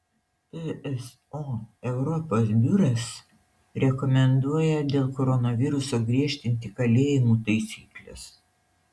pso europos biuras rekomenduoja dėl koronaviruso griežtinti kalėjimų taisykles